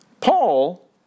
Paul